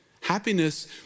Happiness